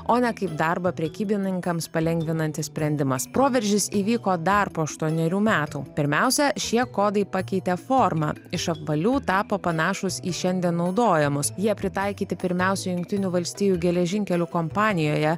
o ne kaip darbą prekybininkams palengvinantis sprendimas proveržis įvyko dar po aštuonerių metų pirmiausia šie kodai pakeitė formą iš apvalių tapo panašūs į šiandien naudojamus jie pritaikyti pirmiausia jungtinių valstijų geležinkelių kompanijoje